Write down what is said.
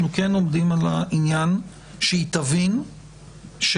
אנחנו כן עומדים על העניין שהיא תבין שזה